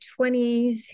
20s